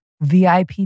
VIP